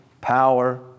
power